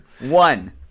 One